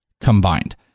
combined